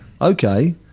okay